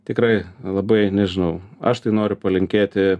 tikrai labai nežinau aš tai noriu palinkėti